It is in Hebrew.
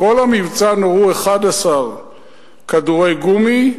בכל המבצע נורו 11 כדורי גומי,